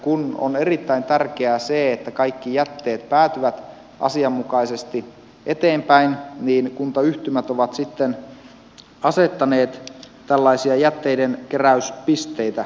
kun on erittäin tärkeää se että kaikki jätteet päätyvät asianmukaisesti eteenpäin niin kuntayhtymät ovat sitten asettaneet tällaisia jätteidenkeräyspisteitä